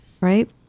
right